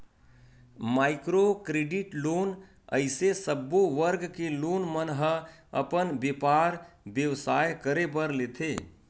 micro credit loan अइसे सब्बो वर्ग के लोगन मन ह अपन बेपार बेवसाय करे बर लेथे